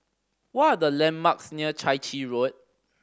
what are the landmarks near Chai Chee Road